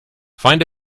find